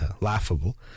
laughable